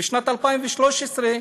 בשנת 2013,